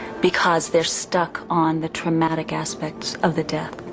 because they're stuck on the traumatic aspects of the death.